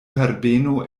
herbeno